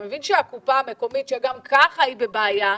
אתה מבין שהקופה המקומית שגם כך היא בבעיה,